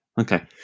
Okay